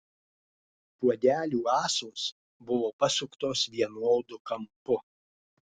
puodelių ąsos buvo pasuktos vienodu kampu